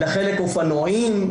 לחלק אופנועים,